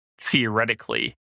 theoretically